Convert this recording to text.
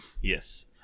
Yes